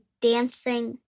dancing